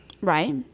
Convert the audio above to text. right